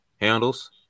Handles